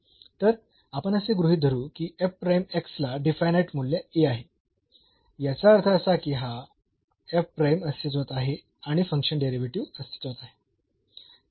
तर आपण असे गृहीत धरू की ला डिफायनाईट मूल्य A आहे याचा अर्थ असा की हा अस्तित्वात आहे किंवा फंक्शन डेरिव्हेटिव्ह अस्तित्वात आहे